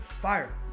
Fire